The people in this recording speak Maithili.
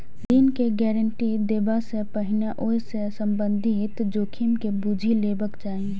ऋण के गारंटी देबा सं पहिने ओइ सं संबंधित जोखिम के बूझि लेबाक चाही